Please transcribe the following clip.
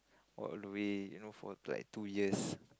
walk all the way no for like two years